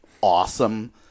awesome